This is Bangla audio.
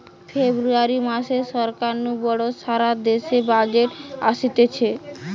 ফেব্রুয়ারী মাসে সরকার নু বড় সারা দেশের বাজেট অসতিছে